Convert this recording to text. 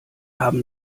haben